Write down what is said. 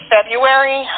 February